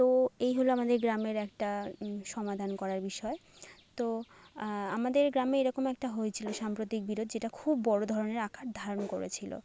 তো এই হল আমাদের গ্রামের একটা সমাধান করার বিষয় তো আমাদের গ্রামে এরকম একটা হয়েছিলো সাম্প্রতিক বিরোধ যেটা খুব বড়ো ধরণের আকার ধারন করেছিলো